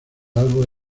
albo